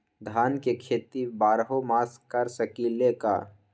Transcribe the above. धान के खेती बारहों मास कर सकीले का?